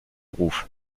ruf